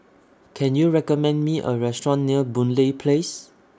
Can YOU recommend Me A Restaurant near Boon Lay Place